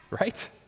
right